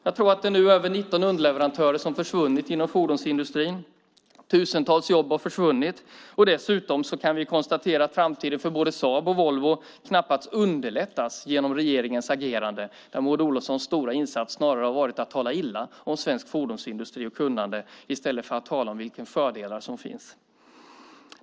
Jag tror att det nu är över 19 underleverantörer som har försvunnit inom fordonsindustrin. Tusentals jobb har försvunnit. Dessutom kan vi konstatera att framtiden för både Saab och Volvo knappast underlättas genom regeringens agerande. Maud Olofssons stora insats har snarare varit att tala illa om svensk fordonsindustri och dess kunnande, i stället för att tala om vilka fördelar som finns.